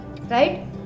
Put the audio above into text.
right